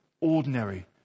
ordinary